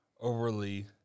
overly